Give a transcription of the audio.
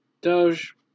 Doge